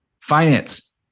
Finance